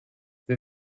wir